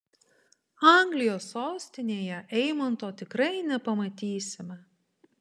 anglijos sostinėje eimanto tikrai nepamatysime